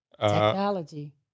technology